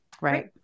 Right